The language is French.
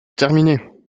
terminé